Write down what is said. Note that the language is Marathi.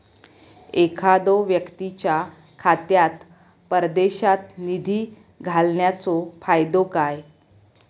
एखादो व्यक्तीच्या खात्यात परदेशात निधी घालन्याचो फायदो काय?